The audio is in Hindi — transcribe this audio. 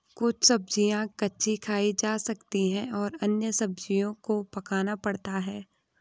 कुछ सब्ज़ियाँ कच्ची खाई जा सकती हैं और अन्य सब्ज़ियों को पकाना पड़ता है